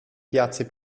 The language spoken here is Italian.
piazze